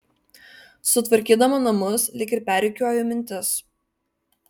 sutvarkydama namus lyg ir perrikiuoju mintis